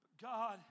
God